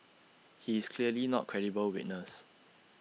he is clearly not credible witness